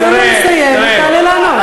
תן לו לסיים ותעלה לענות.